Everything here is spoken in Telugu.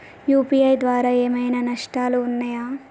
యూ.పీ.ఐ ద్వారా ఏమైనా నష్టాలు ఉన్నయా?